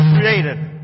created